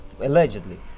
Allegedly